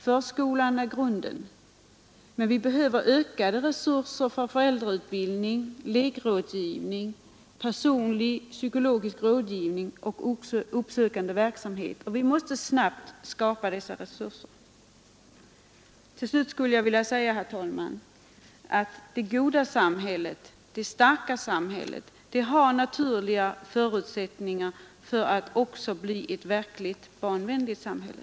Förskolan är grunden, men vi behöver ökade resurser för föräldrautbildning, lekrådgivning, personlig psykologisk rådgivning och uppsökande verksamhet, och vi måste snabbt åstadkomma dessa resurser. Till slut skulle jag villa säga, herr talman, att det goda samhället, det starka samhället, har naturliga förutsättningar för att också bli ett verkligt barnvänligt sam hälle.